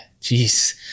Jeez